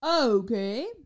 okay